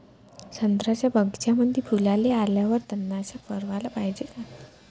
संत्र्याच्या बगीच्यामंदी फुलाले आल्यावर तननाशक फवाराले पायजे का?